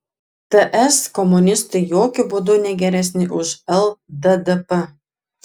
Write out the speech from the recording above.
ts komunistai jokiu būdu ne geresni už lddp